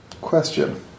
question